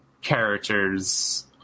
characters